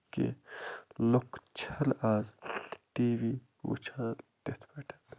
کہِ لُکھ چھِنہٕ آز ٹی وی وٕچھان تِتھ پٲٹھۍ